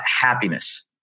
happiness